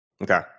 Okay